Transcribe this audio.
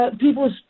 People